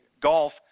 golf